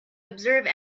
observe